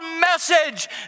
message